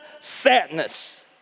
sadness